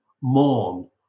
mourn